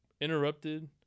Interrupted